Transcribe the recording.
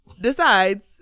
decides